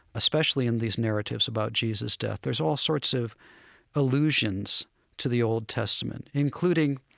especially in these narratives about jesus' death, there's all sorts of allusions to the old testament, including,